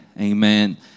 amen